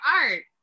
art